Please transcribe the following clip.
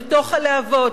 אל תוך הלהבות,